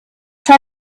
try